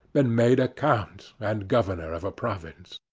been made a count and governor of a province.